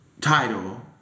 title